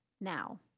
now